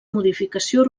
modificació